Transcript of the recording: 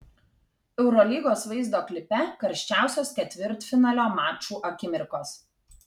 eurolygos vaizdo klipe karščiausios ketvirtfinalio mačų akimirkos